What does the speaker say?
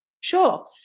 Sure